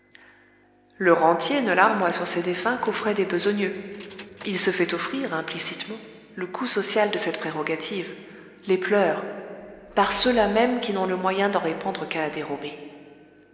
le rentier ne larmoie sur ses défunts qu'aux frais des besogneux il se fait offrir implicitement le coût social de cette prérogative les pleurs par ceux-là mêmes qui n'ont le moyen d'en répandre qu'à la dérobée